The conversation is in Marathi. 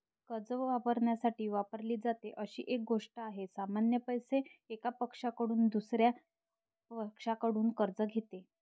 कर्ज वापरण्यासाठी वापरली जाते अशी एक गोष्ट आहे, सामान्यत पैसे, एका पक्षाकडून दुसर्या पक्षाकडून कर्ज घेते